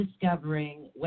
discovering